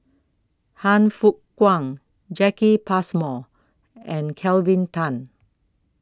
Han Fook Kwang Jacki Passmore and Kelvin Tan